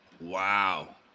Wow